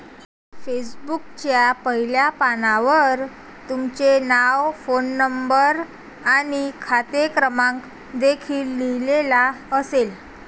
पासबुकच्या पहिल्या पानावर तुमचे नाव, फोन नंबर आणि खाते क्रमांक देखील लिहिलेला असेल